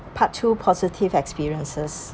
part two positive experiences